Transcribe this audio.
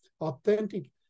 authentic